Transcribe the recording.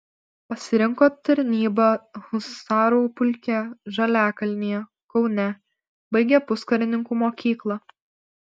pasirinko tarnybą husarų pulke žaliakalnyje kaune baigė puskarininkių mokyklą